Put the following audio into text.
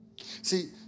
See